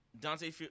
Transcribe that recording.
Dante